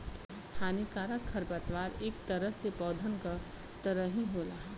हानिकारक खरपतवार इक तरह से पौधन क तरह ही होला